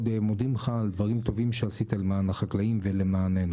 מודים לך על דברים טובים שעשית למען החקלאים ולמעננו.